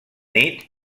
nit